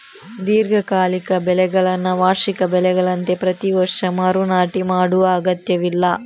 ದೀರ್ಘಕಾಲಿಕ ಬೆಳೆಗಳನ್ನ ವಾರ್ಷಿಕ ಬೆಳೆಗಳಂತೆ ಪ್ರತಿ ವರ್ಷ ಮರು ನಾಟಿ ಮಾಡುವ ಅಗತ್ಯವಿಲ್ಲ